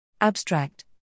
Abstract